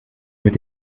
mit